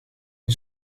die